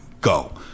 go